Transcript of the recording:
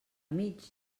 mig